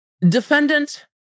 Defendant